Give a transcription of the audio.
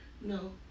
No